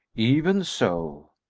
even so!